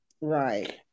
Right